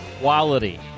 quality